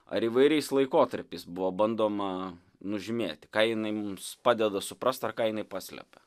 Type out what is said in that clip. ar įvairiais laikotarpiais buvo bandoma nužymėti ką jinai mums padeda suprast ar ką jinai paslepia